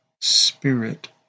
Spirit